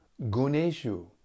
Guneshu